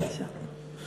בבקשה.